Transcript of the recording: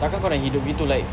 tak kan kau nak hidup gitu like